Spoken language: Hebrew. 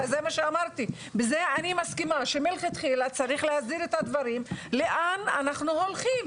אני מסכימה שמלכתחילה צריך להסדיר את הדברים לאן אנחנו הולכים.